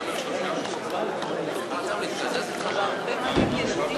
הצעות סיעות רע"ם-תע"ל חד"ש בל"ד להביע אי-אמון בממשלה לא נתקבלה.